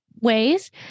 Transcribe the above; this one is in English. ways